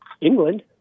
England